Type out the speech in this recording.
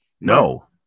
No